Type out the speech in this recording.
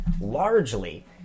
largely